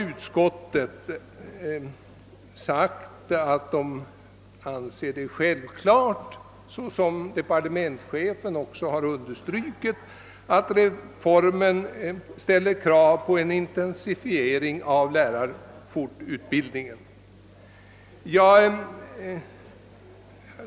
Utskottet har framhållit det som självklart — något som departementschefen understryker — att reformen ställer Stora krav på en intensifiering av lärarfortbildningen.